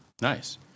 nice